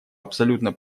абсолютно